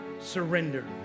surrender